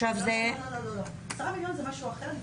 לא, 10 מיליון זה משהו אחר.